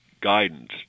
guidance